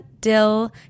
dill